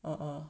(uh huh)